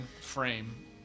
frame